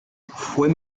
fue